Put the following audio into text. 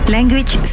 Language